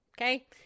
Okay